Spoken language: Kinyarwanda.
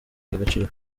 agaciro